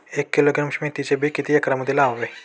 एक किलोग्रॅम मेथीचे बी किती एकरमध्ये लावावे?